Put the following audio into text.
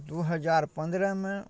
दुइ हजार पनरहमे